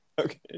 okay